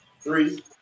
Three